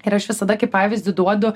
ir aš visada kaip pavyzdį duodu